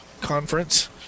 conference